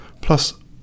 plus